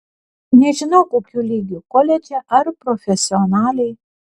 nežinau kokiu lygiu koledže ar profesionaliai